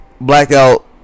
blackout